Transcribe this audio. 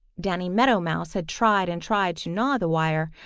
danny meadow mouse had tried and tried to gnaw the wire,